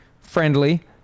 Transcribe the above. friendly